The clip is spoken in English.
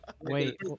Wait